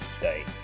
Day